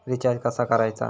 Recharge कसा करायचा?